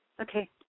Okay